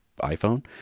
iPhone